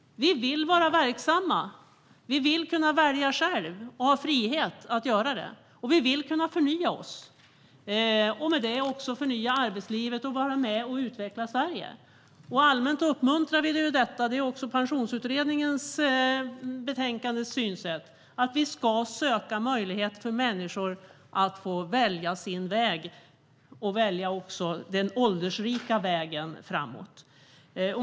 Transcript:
Vi vill vara verksamma, och vi vill ha frihet att välja själva. Vi vill förnya oss, förnya arbetslivet och vara med och utveckla Sverige. Detta uppmuntras allmänt. Det framgår också av Pensionsåldersutredningens betänkande. Vi ska ge möjlighet för människor att få välja väg, även den åldersrika vägen framåt.